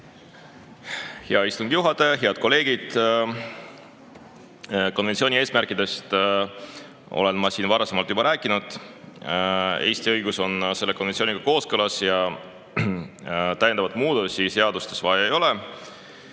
Hea istungi juhataja! Head kolleegid! Konventsiooni eesmärkidest olen ma siin varasemalt juba rääkinud. Eesti õigus on selle konventsiooniga kooskõlas ja täiendavaid muudatusi seadustes vaja ei ole.